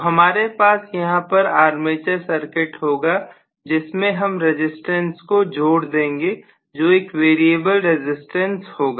तो हमारे पास यहां पर आर्मेचर सर्किट होगा जिसमें हम रजिस्टेंस को जोड़ देंगे जो एक वेरिएबल रजिस्टेंस होगा